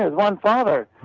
and one father.